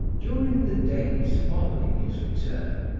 during the days following his return,